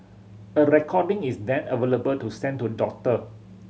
a recording is then available to send to a doctor